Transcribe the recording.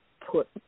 put